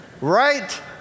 Right